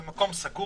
זה מקום סגור.